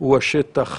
הוא השטח